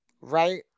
right